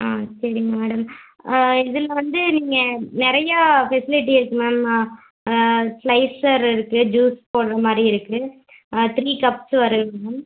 ஆ சரிங்க மேடம் இதில் வந்து நீங்கள் நிறையா ஃபெசிலிட்டி இருக்கு மேம் ஸ்லைஸர் இருக்கு ஜூஸ் போடுற மாதிரி இருக்கு த்ரீ கப்ஸ் வருதுங்க மேம்